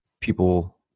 people